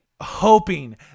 hoping